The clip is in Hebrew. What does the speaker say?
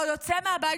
לא יוצא מהבית,